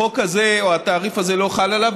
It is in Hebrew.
החוק הזה או התעריף הזה לא חל עליו,